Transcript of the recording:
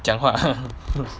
讲话